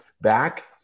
back